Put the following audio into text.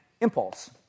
impulse